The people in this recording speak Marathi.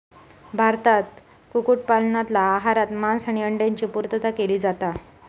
भारतात कुक्कुट पालनातना आहारात मांस आणि अंड्यांची पुर्तता केली जाता